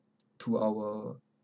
to our